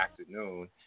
afternoon